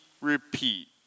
repeat